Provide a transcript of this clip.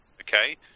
Okay